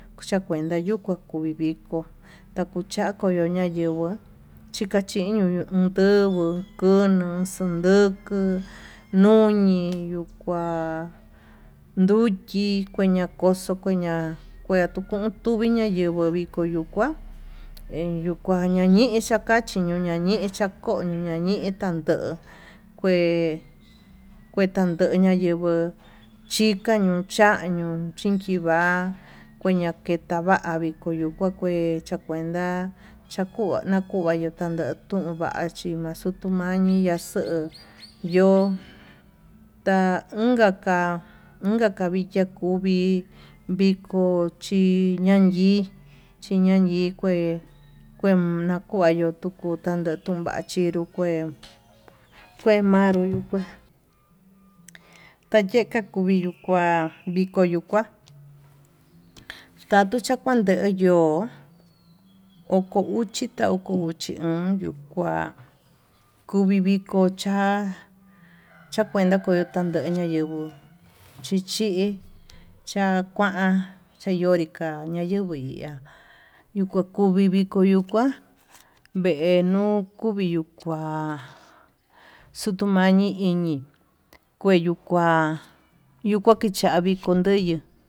Chakuenta yui kua kue vikó, takucha koño ña'a yenguó chikachiño yu nduguo kuu kunu xunduku ñuñi yuu kua nduchí, kueña koxo kueña kuaña tukun kueña ña'a yenguo vii kuyukua iin kukaña ñixa'a kachi kuña ñixa'a kuchi koñañixa nduu he kuntando ñayenguó chika ñun chañio chí kinki va'a kuña keta va'a viko yuu kua kue cha'a, kuenta chakuva nakuva ta'a ndun xachi maxuu tuñani axuu yo ta unka ka'a unka kavichiá kuvii viko chi ñanyii chinayi kué, kue nakuayu tuku tantun va'a chinru kué manru yuku tayeka kuvii yuu kuá viko yuu kuá, takuu chakuan nde yo'o oko uxi ta oko uxi ndon yó kua kuvii vikó cha'a, chakuenta kovo tanyenguo chichi chakuán chayonri ka'a ñayenguó yuu kui ihá yuu kua kovi yuvivikoá, vee nuu kuvi yuu kuá xutu mayii iñi kue yuu kua yukua kinchavi konduyu.